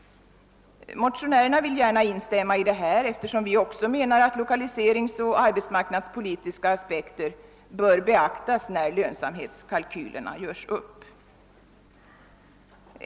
Motionärerna vill gärna instämma i detta, eftersom också vi menar att lokaliseringsoch arbetsmarknadspolitiska aspekter bör beaktas när lönsamhetskalkylerna görs upp.